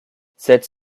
cette